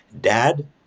Dad